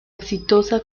exitosa